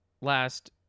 last